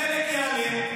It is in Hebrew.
הדלק יעלה,